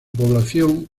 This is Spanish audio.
población